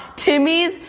timmies?